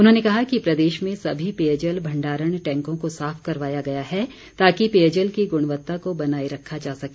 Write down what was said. उन्होंने कहा कि प्रदेश में सभी पेयजल भण्डारण टैंकों को साफ करवाया गया है ताकि पेयजल की गुणवत्ता को बनाए रखा जा सके